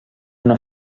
una